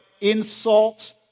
insult